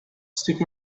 stick